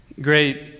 great